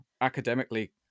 academically